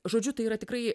žodžiu tai yra tikrai